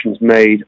made